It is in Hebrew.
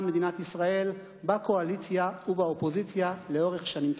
מדינת ישראל בקואליציה ובאופוזיציה לאורך שנים טובות.